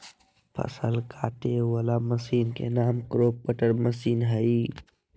फसल काटे वला मशीन के नाम क्रॉप कटर मशीन हइ